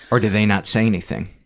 or do they not say anything?